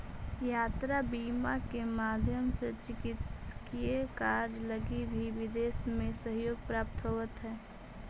यात्रा बीमा के माध्यम से चिकित्सकीय कार्य लगी भी विदेश में सहयोग प्राप्त होवऽ हइ